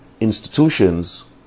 institutions